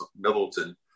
Middleton